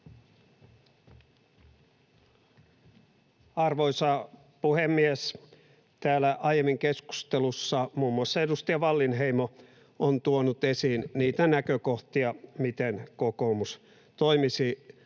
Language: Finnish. Arvoisa puhemies! Täällä aiemmin keskustelussa muun muassa edustaja Wallinheimo on tuonut esiin niitä näkökohtia, miten kokoomus toimisi